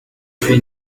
tuer